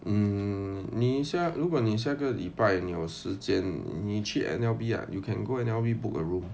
mm 你下如果你下个礼拜你有时间你去 N_L_B ah you can go N_L_B book a room